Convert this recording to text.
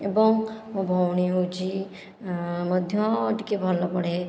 ଏବଂ ମୋ ଭଉଣୀ ହେଉଛି ମଧ୍ୟ ଟିକେ ଭଲ ପଢ଼େ